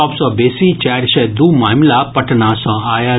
सभ सॅ बेसी चारि सय दू मामिला पटना सॅ आयल